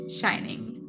shining